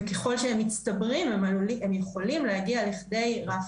וככל שהם מצטברים הם עלולים להגיע לידי רף